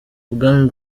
ubwami